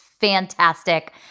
fantastic